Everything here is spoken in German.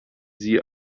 sie